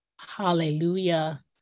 Hallelujah